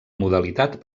modalitat